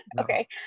okay